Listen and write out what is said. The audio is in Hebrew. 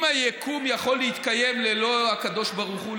אם היקום יכול להתקיים ללא הקדוש ברוך הוא,